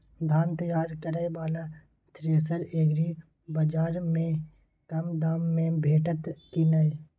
धान तैयार करय वाला थ्रेसर एग्रीबाजार में कम दाम में भेटत की नय?